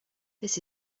this